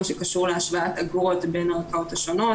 שקשור להשוואת אגרות בין הערכאות השונות,